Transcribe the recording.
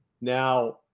now